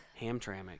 Hamtramck